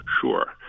Sure